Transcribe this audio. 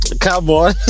cowboy